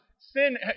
Sin